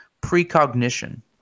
precognition